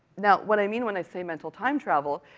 now, what i mean when i say mental time travel,